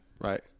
Right